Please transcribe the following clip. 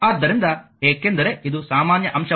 ಆದ್ದರಿಂದ ಏಕೆಂದರೆ ಇದು ಸಾಮಾನ್ಯ ಅಂಶವಾಗಿದೆ